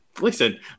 listen